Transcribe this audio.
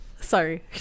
Sorry